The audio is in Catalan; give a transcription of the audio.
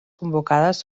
convocades